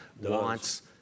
wants